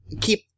keep